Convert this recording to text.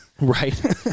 Right